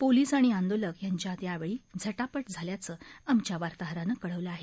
police आणि आंदोलक यांच्यात यावेळी झटापट झाल्याचं आमच्या वार्ताहरानं कळवलं आहे